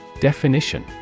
Definition